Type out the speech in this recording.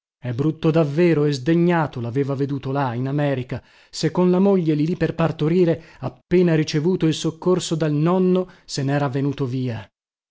e brutto davvero e sdegnato laveva veduto là in america se con la moglie lì lì per partorire appena ricevuto il soccorso dal nonno se nera venuto via